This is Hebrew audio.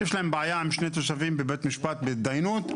יש להם בעיה עם שני תושבים בבית משפט, בהתדיינות,